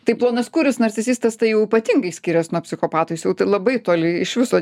tai plonaskūris narcisistas tai jau ypatingai skirias nuo psichopato jis jau labai toli iš viso